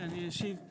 אני אשיב.